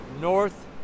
north